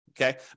Okay